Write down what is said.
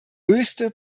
höchste